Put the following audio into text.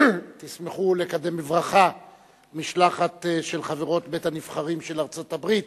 תשמחו לקדם בברכה משלחת של חברות בית-הנבחרים של ארצות-הברית,